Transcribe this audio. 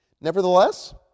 Nevertheless